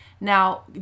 Now